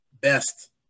Best